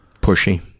pushy